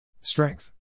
strength